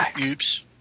oops